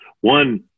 one